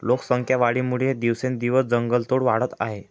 लोकसंख्या वाढीमुळे दिवसेंदिवस जंगलतोड वाढत आहे